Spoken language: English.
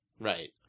Right